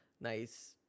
nice